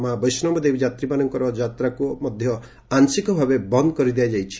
ମା' ବୈଷ୍ଣୋଦେବୀ ଯାତ୍ରୀମାନଙ୍କର ଯାତ୍ରାକୁ ମଧ୍ୟ ଆଂଶିକ ଭାବେ ବନ୍ଦ କରିଦିଆଯାଇଛି